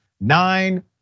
nine